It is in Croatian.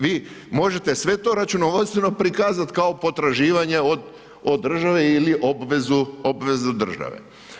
Vi možete sve to računovodstveno prikazati kao potraživanje od države ili obvezu države.